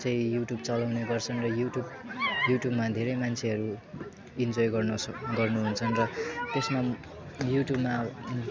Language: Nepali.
चाहिँ युट्युब चलाउने गर्छन् र युट्युब युट्युबमा धेरै मान्छेहरू इन्जोय गर्न गर्नुहुन्छ र त्यसमा युट्युबमा